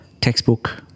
textbook